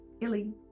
Illy